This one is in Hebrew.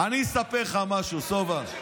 אני אספר לך משהו, סובה,